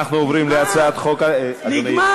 אנחנו עוברים להצעת חוק, נגמר.